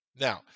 Now